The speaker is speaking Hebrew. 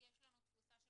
יש לנו תפוסה של